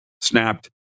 snapped